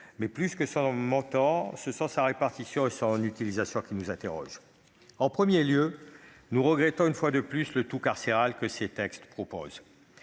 mais plus que sur son montant, c'est sur sa répartition et sur son utilisation que nous nous interrogeons. En premier lieu, nous regrettons une fois de plus le « tout carcéral » que ces textes portent.